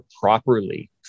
properly